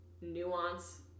nuance